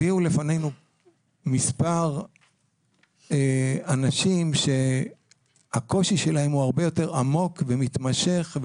הביאו בפנינו מספר אנשים שהקושי שלהם הוא הרבה יותר עמוק ומתמשך,